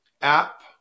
app